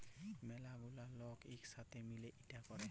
ম্যালা গুলা লক ইক সাথে মিলে ইটা ক্যরে